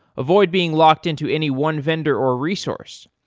avoid being locked-in to any one vendor or resource.